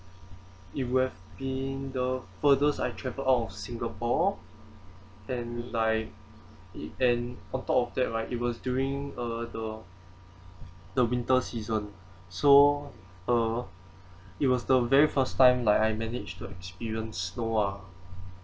if would have been the furthest I travel out of singapore and like it and on top of that right it was during uh the winter season so uh it was the very first time like I managed to experience snow ah